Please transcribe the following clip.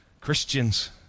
Christians